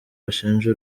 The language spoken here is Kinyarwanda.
bashinja